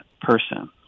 person